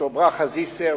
ד"ר ברכה זיסר,